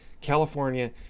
california